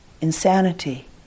insanity